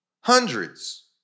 hundreds